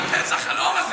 אני רק, מתי יתנפץ החלום הזה.